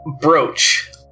brooch